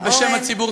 אורן,